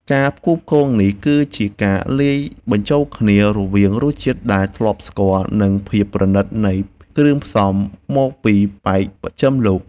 ការផ្គូផ្គងនេះគឺជាការលាយបញ្ចូលគ្នារវាងរសជាតិដែលធ្លាប់ស្គាល់និងភាពប្រណីតនៃគ្រឿងផ្សំមកពីប៉ែកបស្ចិមលោក។